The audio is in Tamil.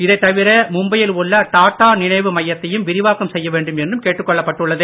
இதைத்தவிர மும்பை யில் உள்ள டாடா நினைவு மையத்தையும் விரிவாக்கம் செய்யவேண்டும் என்றும் கேட்டுக்கொள்ளப் பட்டுள்ளது